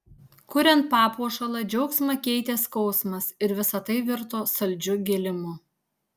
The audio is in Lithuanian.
kuriant papuošalą džiaugsmą keitė skausmas ir visa tai virto saldžiu gėlimu